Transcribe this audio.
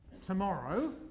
tomorrow